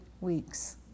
weeks